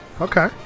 Okay